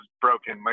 broken